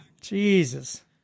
Jesus